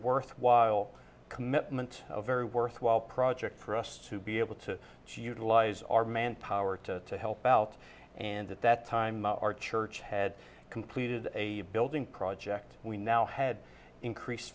worthwhile commitment a very worthwhile project for us to be able to utilize our manpower to help out and at that time our church had completed a building project we now had increased